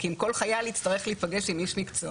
כי אם כל חייל יצטרך להיפגש עם איש מקצוע,